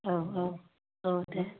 औ औ औ दे